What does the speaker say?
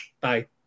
Bye